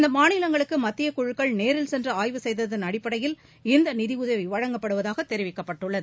இந்த மாநிலங்களுக்கு மத்திய குழுக்கள் நேரில் சென்று ஆய்வு செய்ததன் அடிப்படையில் இந்த நிதியுதவி வழங்கப்படுவதாக தெரிவிக்கப்படுகிறது